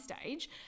stage